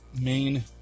main